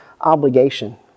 obligation